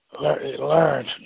Learned